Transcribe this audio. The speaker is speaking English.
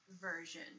version